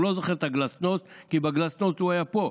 הוא לא זוכר את הגלסנוסט, כי בגלסנוסט הוא היה פה.